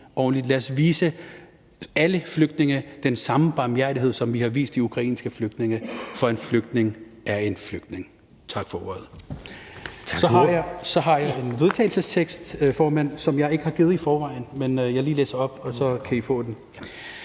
lad os vise alle flygtninge den samme barmhjertighed, som vi har vist de ukrainske flygtninge. For en flygtning er en flygtning. Tak for ordet. Og så har jeg en vedtagelsestekst på vegne af Frie Grønne, som jeg ikke har givet i forvejen, men som jeg lige vil læse